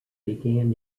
began